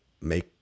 make